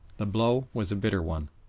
the blow was a bitter one.